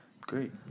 Great